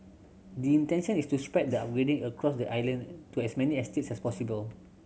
the intention is to spread the upgrading across the island to as many estates as possible